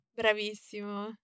Bravissimo